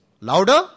Louder